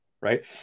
right